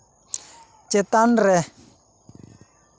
ᱪᱮᱛᱟᱱᱨᱮ